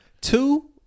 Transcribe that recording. Two